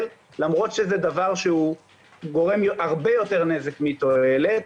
למרות שזה הוא גורם יותר נזק מתועלת.